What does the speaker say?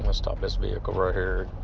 um stop this vehicle right here.